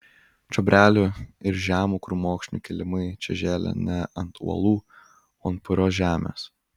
čiobrelių ir žemų krūmokšnių kilimai čia žėlė ne ant uolų o ant purios žemės